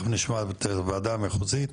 תיכף נשמע את הוועדה המחוזית,